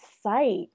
site